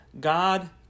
God